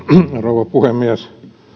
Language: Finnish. rouva puhemies